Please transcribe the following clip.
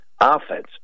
offense